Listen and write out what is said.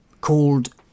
called